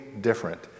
different